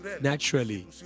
naturally